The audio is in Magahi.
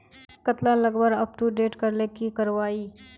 कतला लगवार अपटूडेट करले की करवा ई?